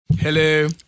Hello